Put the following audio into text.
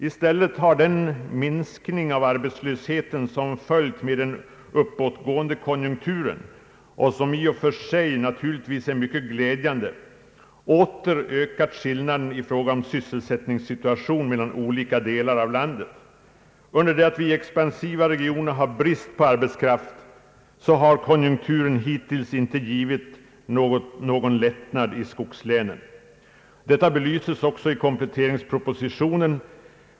I stället har den minskning av arbetslösheten som följt med den uppåtgående konjunkturen och, som i och för sig är mycket glädjande, åter ökat skillnaderna i fråga om sysselsättningsläget i olika delar av landet. Under det att de expansiva regionerna har brist på arbetskraft har konjunkturläget hittills inte medfört någon lättnad i skogslänen. Detta belyses också i kompletteringspropositionen.